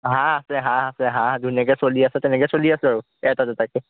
হাঁহ আছে হাঁহ আছে হাঁহ ধুনীয়াকে চলি আছে তেনেকৈ চলি আছোঁ আৰু এটা দুটাকৈ